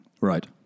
Right